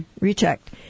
Rechecked